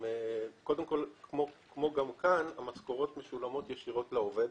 קודם כול, גם כאן המשכורות משולמות ישירות לעובד,